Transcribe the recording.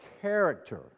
character